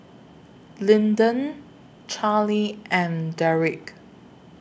Lyndon Charlie and Derik